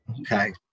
Okay